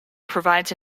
provides